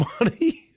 money